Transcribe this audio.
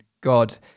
God